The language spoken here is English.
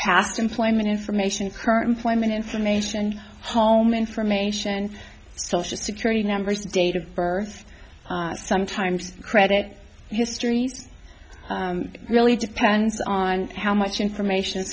d employment information current employment information home information social security numbers date of birth sometimes credit history really depends on how much information